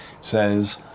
says